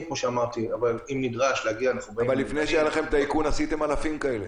--- אבל לפני שהיה לכם את האיכון עשיתם אלפים כאלה.